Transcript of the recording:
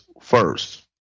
First